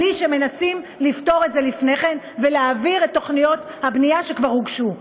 בלי שמנסים לפתור את זה לפני כן ולהעביר את תוכניות הבנייה שכבר הוגשו.